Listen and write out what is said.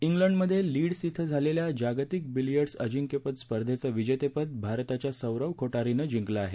England मध्ये Leeds इथं झालेल्या जागतिक बिलियर्ड्स अजिंक्यपद स्पर्धेचं विजेतेपद भारताच्या सौरव कोठारीनं जिंकलं आहे